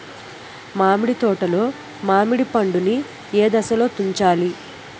మామిడి తోటలో మామిడి పండు నీ ఏదశలో తుంచాలి?